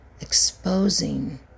exposing